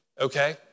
Okay